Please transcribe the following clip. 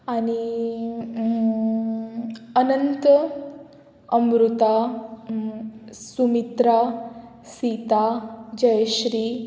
आनी अनंत अमृता सुमित्रा सीता जयश्री